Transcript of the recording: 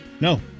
No